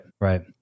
right